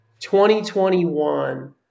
2021